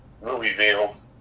Louisville